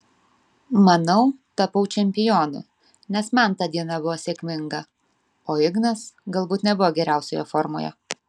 manau tapau čempionu nes man ta diena buvo sėkminga o ignas galbūt nebuvo geriausioje formoje